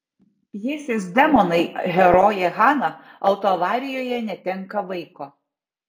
pjesės demonai herojė hana autoavarijoje netenka vaiko